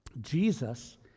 Jesus